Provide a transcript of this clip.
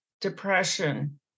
depression